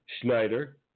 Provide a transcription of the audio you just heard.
Schneider